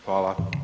Hvala.